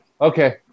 Okay